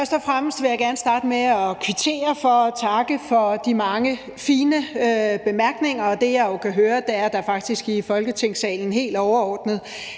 Først og fremmest vil jeg gerne kvittere for og takke for de mange fine bemærkninger. Og det, jeg jo kan høre, er, at der faktisk i Folketingssalen helt overordnet